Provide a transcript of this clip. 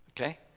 Okay